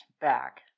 back